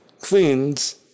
cleans